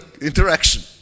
interaction